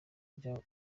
byo